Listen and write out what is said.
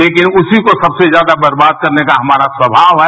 लेकिन उसी को सबसे ज्यादा बर्बाद करने का हमारा स्वभाव है